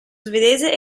svedese